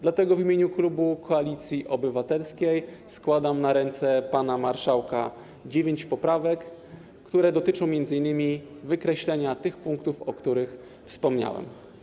Dlatego w imieniu klubu Koalicji Obywatelskiej składam na ręce pana marszałka dziewięć poprawek, które dotyczą m.in. wykreślenia tych punktów, o których wspomniałem.